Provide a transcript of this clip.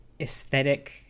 aesthetic